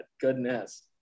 goodness